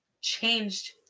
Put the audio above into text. changed